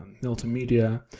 multimedia,